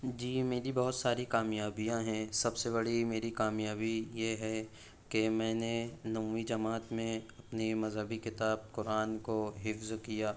جی میری بہت ساری کامیابیاں ہیں سب سے بڑی میری کامیابی یہ ہے کہ میں نے نویں جماعت میں اپنی مذہبی کتاب قرآن کو حفظ کیا